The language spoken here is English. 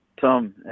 Tom